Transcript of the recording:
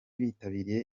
bitabiriye